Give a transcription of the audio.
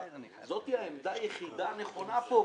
זאת העמדה היחידה הנכונה פה.